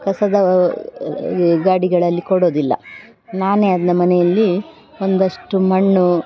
ಕಸದ ಗಾಡಿಗಳಲ್ಲಿ ಕೊಡೋದಿಲ್ಲ ನಾನೇ ಅದನ್ನ ಮನೆಯಲ್ಲಿ ಒಂದಿಷ್ಟು ಮಣ್ಣು